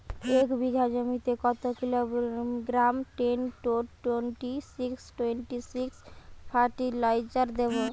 এক বিঘা জমিতে কত kilogram ten twenty six twenty six fertiliser দেবো?